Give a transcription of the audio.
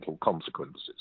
consequences